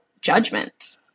judgment